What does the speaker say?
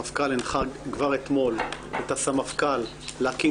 המפכ"ל הנחה כבר אתמול את הסמפכ"ל להקים